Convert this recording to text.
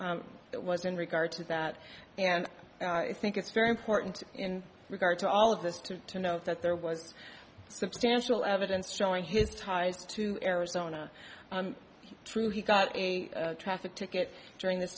that was in regard to that and i think it's very important in regard to all of this to to know that there was substantial evidence showing his ties to arizona true he got a traffic ticket during this